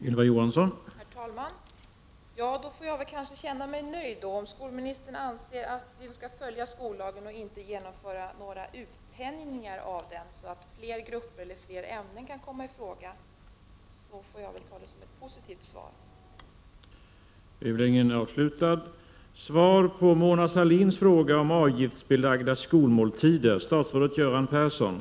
Herr talman! Jag får kanske känna mig nöjd om skolministern anser att skollagen skall följas och att några uttänjningar av den inte skall genomfö ras, så att fler grupper eller ämnen kan komma i fråga. Jag får då tolka detta — Prot. 1989/90:25 svar som positivt. 14 november 1989